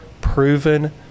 proven